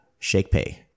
ShakePay